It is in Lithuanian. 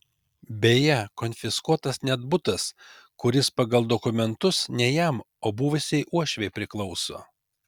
beje konfiskuotas net butas kuris pagal dokumentus ne jam o buvusiai uošvei priklauso